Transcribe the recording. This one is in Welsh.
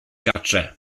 gartref